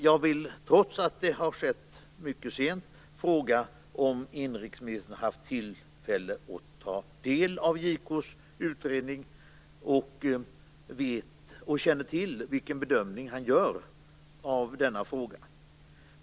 Jag vill, trots att det har skett mycket sent, fråga om inrikesministern har haft tillfälle att ta del av JK:s utredning och känner till vilken bedömning han gör av denna fråga.